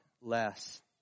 less